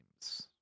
Games